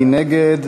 מי נגד?